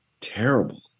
terrible